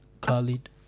Khalid